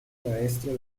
maestro